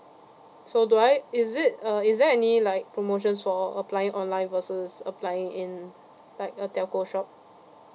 so do I is it uh is there any like promotions for applying online versus applying in like a telco shop